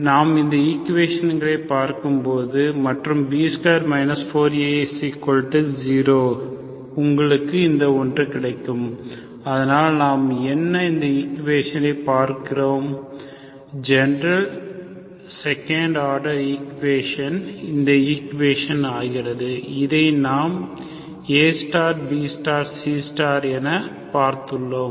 நாம் இந்த ஈக்குவேஷன்களை பார்க்கும் போது மற்றும் B2 4AC0 உங்களுக்கு இந்த ஒன்று கிடைக்கும் அதனால் நாம் என்ன இந்த ஈக்குவேஷனை பார்த்திருக்கிறோம் ஜெனரல் செகண்ட் ஆர்டரை ஈக்குவேஷன் இந்த ஈக்குவேஷன் ஆகிறது இதை நாம் A B C என பார்த்துள்ளோம்